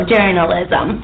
Journalism